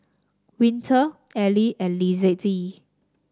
Winter Ally and Lizette